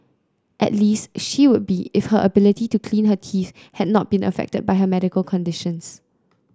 at least she would be if her ability to clean her teeth had not been affected by her medical conditions